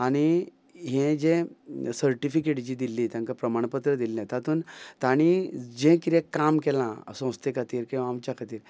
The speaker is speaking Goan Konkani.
आनी हें जे सर्टिफिकेट जी दिल्ली तांकां प्रमाणपत्र दिल्लें तातूंत तांणी जें कितें काम केलां संस्थे खातीर किंवां आमच्या खातीर